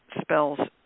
spells